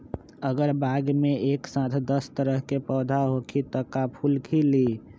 अगर बाग मे एक साथ दस तरह के पौधा होखि त का फुल खिली?